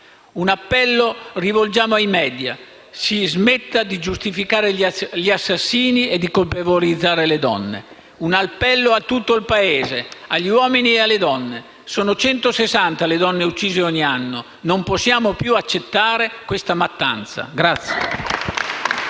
Un appello rivolgiamo ai *media*: si smetta di giustificare gli assassini e di colpevolizzare le donne. Un appello a tutto il Paese, agli uomini e alle donne: sono 160 le donne uccise ogni anno, non possiamo più accettare questa mattanza.